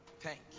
thank